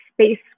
Space